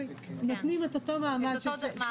הכניסו גם